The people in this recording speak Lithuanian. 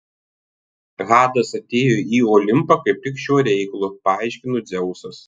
hadas atėjo į olimpą kaip tik šiuo reikalu paaiškino dzeusas